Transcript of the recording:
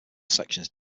sections